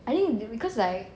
I think because like